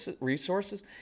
resources